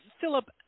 Philip